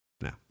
No